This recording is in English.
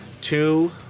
two